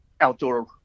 outdoor